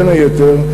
בין היתר,